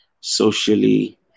socially